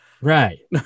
right